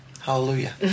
hallelujah